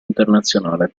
internazionale